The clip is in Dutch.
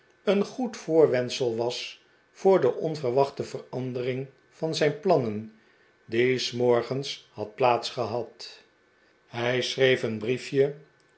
een goed voorwendsel was voor de onyerwachte verandering van zijn plannen die r s morgens had plaats gehad hij schreef een briefje